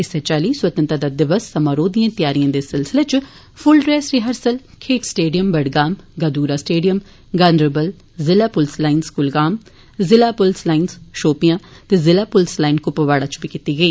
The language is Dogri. इस्सै चाल्ली सुतैंत्रता दिवस समारोह दिए तैयारिएं दे सिलसिले च फूल ड्रेस रिहर्सल खेड स्टेडियम बडगाम गाद्रा स्टेडियम गांदरबल जिला प्लस लाइन्ज कुलगाम जिला पुलस लाइन्ज शौपियां ते जिला पुलस लाइन्ज कुपवाड़ा च बी कीती गेई